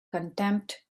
contempt